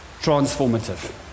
transformative